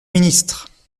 ministres